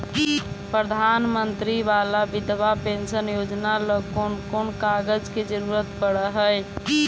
प्रधानमंत्री बाला बिधवा पेंसन योजना ल कोन कोन कागज के जरुरत पड़ है?